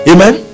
Amen